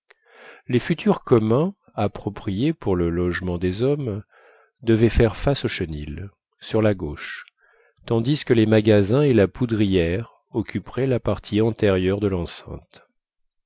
les futurs communs appropriés pour le logement des hommes devaient faire face au chenil sur la gauche tandis que les magasins et la poudrière occuperaient la partie antérieure de l'enceinte